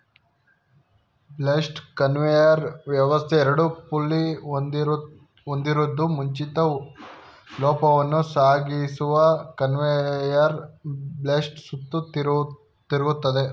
belt conveyor ವ್ಯವಸ್ಥೆ ಎರಡು pulley ಹೊಂದಿದ್ದು ಮುಚ್ಚಿದ ಲೂಪನ್ನು ಸಾಗಿಸುವ ಕನ್ವೇಯರ್ ಬೆಲ್ಟ್ ಸುತ್ತ ತಿರುಗ್ತದೆ